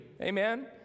Amen